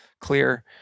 clear